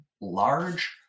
large